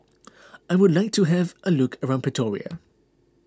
I would like to have a look around Pretoria